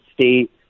state